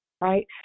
Right